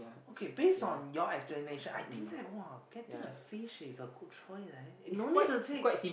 okay base on your explanation I think that !wah! getting a fish is a good choice eh no need to take